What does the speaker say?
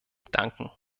danken